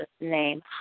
name